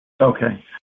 Okay